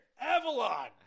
Avalon